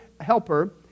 helper